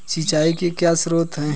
सिंचाई के क्या स्रोत हैं?